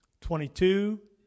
twenty-two